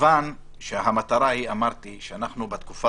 מכיוון שהמטרה היא אמרתי שאנחנו בתקופה